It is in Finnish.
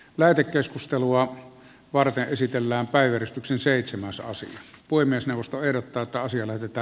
lähetekeskustelua varten esitellään päivystyksen seitsemän sasi voi myös nousta erottaa pääasiana että